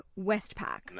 Westpac